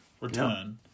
return